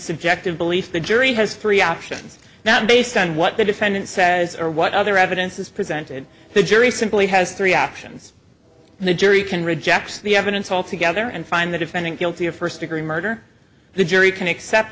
subjective belief the jury has three options now based on what the defendant says or what other evidence is presented the jury simply has three options the jury can reject the evidence all together and find the defendant guilty of first degree murder the jury can accept